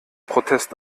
protest